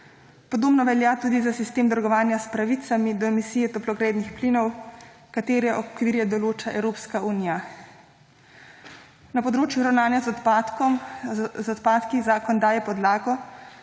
Podobno velja tudi za sistem trgovanja s pravicami do emisije toplogrednih plinov, katere okvire določa Evropska unija. Na področju ravnanja z odpadki zakon daje podlago,